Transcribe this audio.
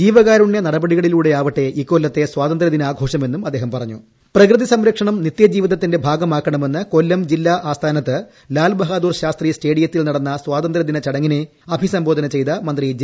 ജീവകാരുണ്യ നടപടികളിലൂടെയാവട്ടെ നമ്മുടെ ഇക്കൊല്ലത്തെ സ്വാതന്ത്യദിനാഘോഷമെന്നും അദ്ദേഹം പറഞ്ഞു പ്രകൃതി സംരക്ഷണം നിത്യ ജീവിതത്തിന്റെ ഭാഗമാക്കണമെന്ന് കൊല്ലം ജില്ലാ ആസ്ഥാനത്ത് ലാൽ ബഹാദൂർ ശാസ്ത്രി സ്റ്റേഡിയത്തിൽ നടന്ന സ്വാതന്ത്ര്യദിന ചടങ്ങിനെ അഭിസംബോധന ചെയ്ത മന്ത്രി ജെ